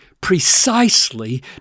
precisely